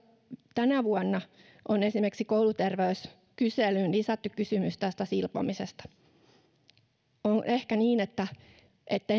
tänä vuonna on esimerkiksi kouluterveyskyselyyn lisätty kysymys silpomisesta onko ehkä niin että että